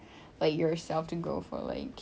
agak bosan cause you're not content